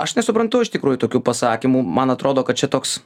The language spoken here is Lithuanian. aš nesuprantu iš tikrųjų tokių pasakymų man atrodo kad čia toks